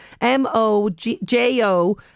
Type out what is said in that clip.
M-O-J-O